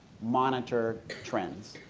monitor trend?